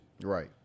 Right